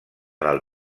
del